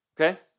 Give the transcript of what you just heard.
Okay